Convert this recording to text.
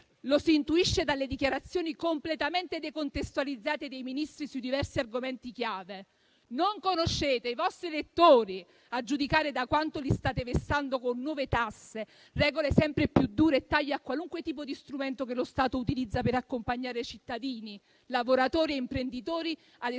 lo si intuisce dalle dichiarazioni completamente decontestualizzate dei Ministri sui diversi argomenti chiave. Non conoscete i vostri elettori, a giudicare da quanto li state vessando con nuove tasse, regole sempre più dure e tagli a qualunque tipo di strumento che lo Stato utilizza per accompagnare cittadini, lavoratori e imprenditori ad esprimersi